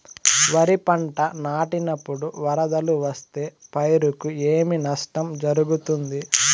వరిపంట నాటినపుడు వరదలు వస్తే పైరుకు ఏమి నష్టం జరుగుతుంది?